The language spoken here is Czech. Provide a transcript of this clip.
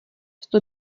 sto